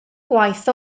gwaith